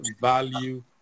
value